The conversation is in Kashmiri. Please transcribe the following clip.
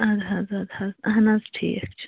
اَدٕ حظ اَدٕ حظ اَہَن حظ ٹھیٖک چھُ